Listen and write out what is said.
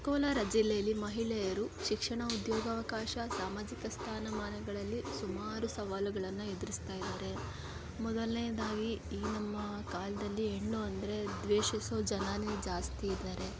ಕೋಲಾರ ಜಿಲ್ಲೆಯಲ್ಲಿ ಮಹಿಳೆಯರು ಶಿಕ್ಷಣ ಉದ್ಯೋಗಾವಕಾಶ ಸಾಮಾಜಿಕ ಸ್ಥಾನಮಾನಗಳಲ್ಲಿ ಸುಮಾರು ಸವಾಲುಗಳನ್ನು ಎದುರಿಸ್ತಾ ಇದಾರೆ ಮೊದಲನೇದಾಗಿ ಈ ನಮ್ಮ ಕಾಲದಲ್ಲಿ ಹೆಣ್ಣು ಅಂದರೆ ದ್ವೇಷಿಸೋ ಜನಾನೇ ಜಾಸ್ತಿ ಇದಾರೆ